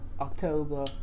October